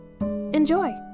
Enjoy